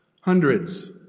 Hundreds